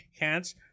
hands